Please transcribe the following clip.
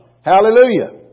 Hallelujah